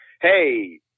hey